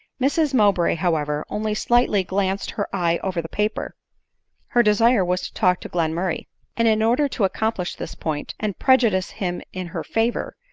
mrs mowbray, however, only slightly glanced her eye over the paper her desire was to talk to glenmurray and in order to accomplish this point, and prejudice him in her favor,